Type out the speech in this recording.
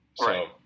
Right